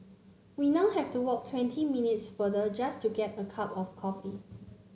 we now have to walk twenty minutes farther just to get a cup of coffee